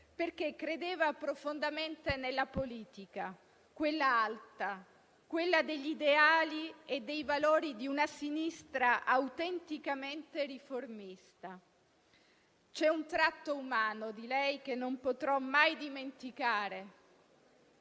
perché credeva profondamente nella politica, quella alta, quella degli ideali e dei valori di una sinistra autenticamente riformista. C'è un tratto umano di lei che non potrò mai dimenticare: